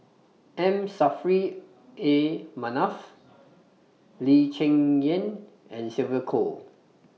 M Saffri A Manaf Lee Cheng Yan and Sylvia Kho